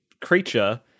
creature